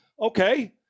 Okay